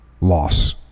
loss